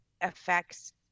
affects